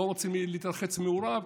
לא רוצים להתרחץ מעורב,